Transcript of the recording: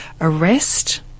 arrest